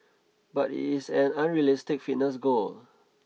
but it is an unrealistic fitness goal